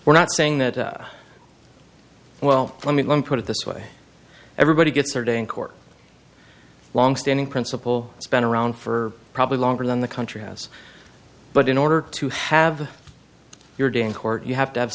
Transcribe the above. we're not saying that well let me put it this way everybody gets their day in court longstanding principle it's been around for probably longer than the country has but in order to have your day in court you have to have